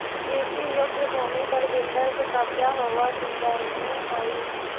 कृषियोग्य भूमि पर बिल्डर के कब्जा होवऽ चिंतनीय हई